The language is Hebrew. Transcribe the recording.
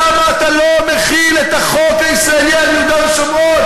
למה אתה לא מחיל את החוק הישראלי על יהודה ושומרון?